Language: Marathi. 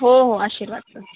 हो हो आशिर्वादचं